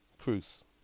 Cruz